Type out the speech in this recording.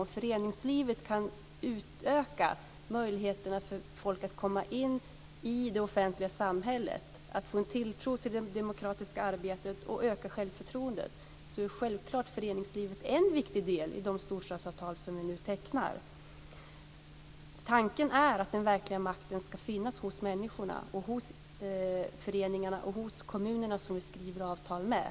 Om föreningslivet kan utöka möjligheterna för folk att komma in i det offentliga samhället, få en tilltro till det demokratiska arbetet och öka självförtroendet, så är självfallet föreningslivet en viktig del i de storstadsavtal som vi nu tecknar. Tanken är att den verkliga makten ska finnas hos människorna, hos föreningarna och hos de kommuner som vi skriver avtal med.